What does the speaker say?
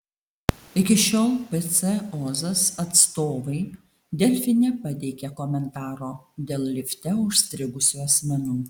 iki šiol pc ozas atstovai delfi nepateikė komentaro dėl lifte užstrigusių asmenų